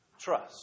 Trust